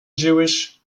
jewish